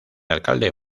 alcalde